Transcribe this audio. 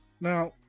Now